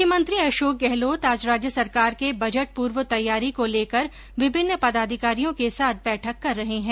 मुख्यमंत्री अशोक गहलोत आज राज्य सरकार के बजट पूर्व तैयारी को लेकर विभिन्न पदाधिकारियों के साथ बैठक कर रहे है